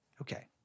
okay